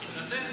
מתנצל.